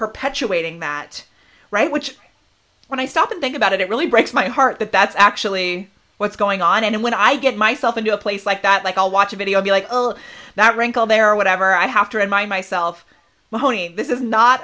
perpetuating that right which when i stop and think about it it really breaks my heart that that's actually what's going on and when i get myself into a place like that like i'll watch a video be like oh that wrinkle there or whatever i have to remind myself moaning this is not